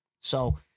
So-